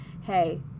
hey